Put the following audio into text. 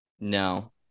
No